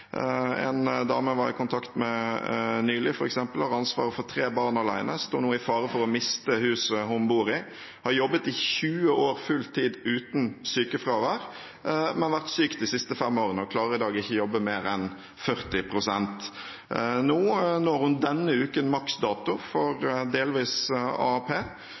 En dame jeg var i kontakt med nylig f.eks., som har ansvaret for tre barn alene, står nå i fare for å miste huset hun bor i. Hun har jobbet i 20 år fulltid uten sykefravær, men har vært syk de siste fem årene og klarer i dag ikke å jobbe mer enn 40 pst. Denne uken når hun maksdato for delvis AAP,